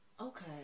Okay